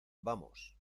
vamos